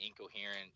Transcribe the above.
incoherent